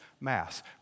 mass